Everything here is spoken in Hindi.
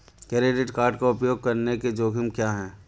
क्रेडिट कार्ड का उपयोग करने के जोखिम क्या हैं?